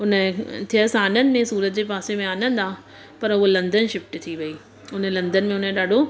हुन जे थियसि आनंद में सूरत जे पासे में आनंद आहे पर उहा लंडन शिफ्ट थी वई हुन लंडन में हुन जो ॾाढो